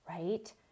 right